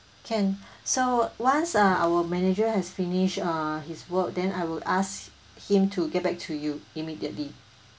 can so once uh our manager has finished uh his work then I will ask him to get back to you immediately